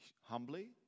humbly